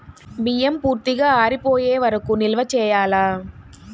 బియ్యం పూర్తిగా ఆరిపోయే వరకు నిల్వ చేయాలా?